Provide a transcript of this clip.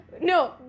No